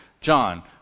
John